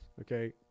Okay